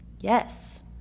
Yes